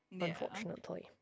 unfortunately